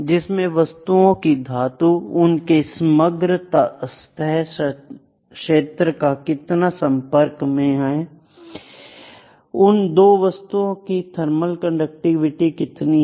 जिसमें वस्तुओं की धातु उनके समग्र सतह क्षेत्र का कितना संपर्क में है उन दो वस्तुओं की थर्मल कंडक्टिविटी कितनी है